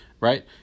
Right